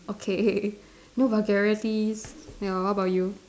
okay no vulgarities ya what about you